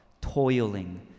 toiling